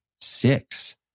six